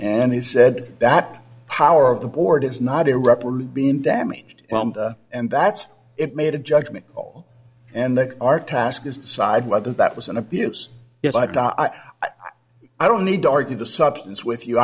and he said that power of the board is not irreparably been damaged and that's it made a judgment call and the our task is decide whether that was an abuse i don't need to argue the substance with